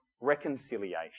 reconciliation